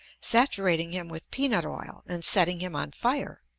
saturating him with peanut-oil, and setting him on fire.